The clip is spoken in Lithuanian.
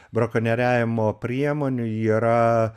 brakonieriavimo priemonių yra